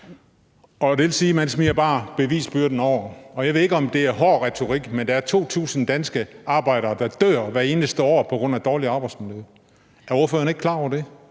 Og det vil sige, at man bare smider bevisbyrden over på arbejderen. Jeg ved ikke, om det er hård retorik, men der er 2.000 danske arbejdere, der dør hvert eneste år på grund af dårligt arbejdsmiljø. Er ordføreren ikke klar over det?